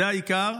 זה העיקר.